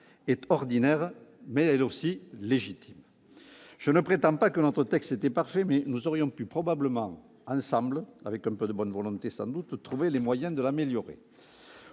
est ordinaire et légitime. Je ne prétends pas que notre texte était parfait, mais nous aurions pu probablement ensemble, avec un peu de bonne volonté, trouver les moyens de l'améliorer.